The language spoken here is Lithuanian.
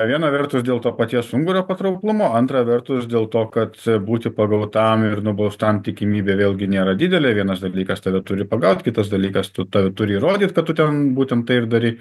viena vertus dėl to paties ungurio patrauklumo antra vertus dėl to kad būti pagautam ir nubaustam tikimybė vėlgi nėra didelė vienas dalykas tave turi pagaut kitas dalykas tu turi įrodyt kad tu ten būtent tai ir darei